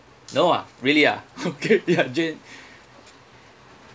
no ah really ah okay ya jane